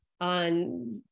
on